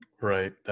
Right